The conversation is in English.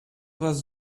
was